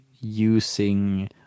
using